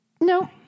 No